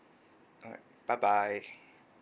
alright bye bye